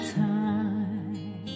time